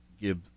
give